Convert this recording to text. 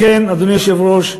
לכן, אדוני היושב-ראש,